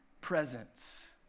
presence